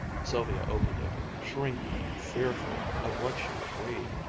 sylvia opened it, shrinking and fearful of what she would read.